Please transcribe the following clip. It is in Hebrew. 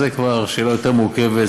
זו כבר שאלה יותר מורכבת,